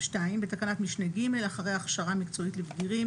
בתקנת משנה (ג) אחרי "הכשרה מקצועית לבגירים"